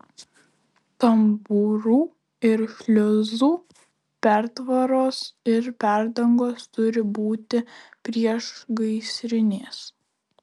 tambūrų ir šliuzų pertvaros ir perdangos turi būti priešgaisrinės